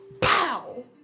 pow